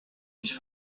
mich